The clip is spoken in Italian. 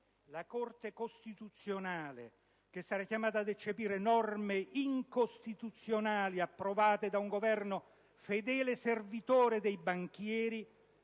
la Corte costituzionale, che sarà chiamata a pronunciarsi su norme incostituzionali approvate da un Governo fedele servitore dei banchieri,